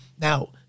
Now